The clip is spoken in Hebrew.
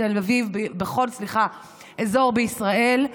בכל אזור בישראל,